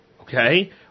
okay